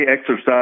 exercise